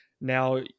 Now